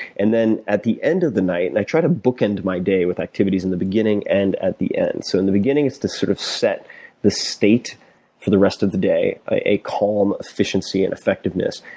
and then at the end of the night and i try to bookend my day with activities in the beginning and at the end. so in the beginning it's to sort of set the state for the rest of the day a calm efficiency and effectiveness.